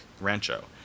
Rancho